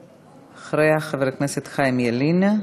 אחריה, חבר הכנסת חיים ילין.